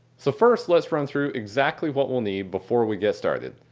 so first lets run through exactly what we'll need before we get started.